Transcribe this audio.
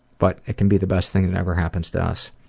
but it can be the best thing that ever happens to us.